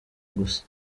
gusa